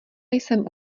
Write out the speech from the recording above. jsem